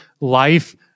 life